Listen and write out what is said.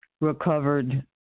recovered